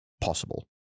possible